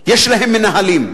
אגב, יש להם מנהלים,